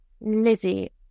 Lizzie